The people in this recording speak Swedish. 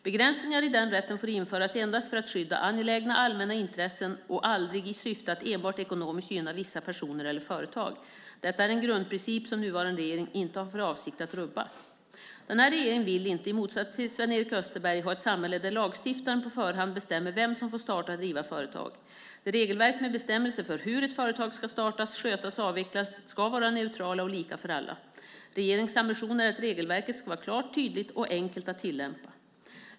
Begränsningar i den rätten får införas endast för att skydda angelägna allmänna intressen och aldrig i syfte att enbart ekonomiskt gynna vissa personer eller företag. Detta är en grundprincip som nuvarande regering inte har för avsikt att rubba. Den här regeringen vill inte, i motsats till Sven-Erik Österberg, ha ett samhälle där lagstiftaren på förhand bestämmer vem som får starta och driva företag. Regelverket med bestämmelser för hur ett företag ska startas, skötas och avvecklas ska vara neutralt och lika för alla. Regeringens ambition är att regelverket ska vara klart, tydligt och enkelt att tillämpa.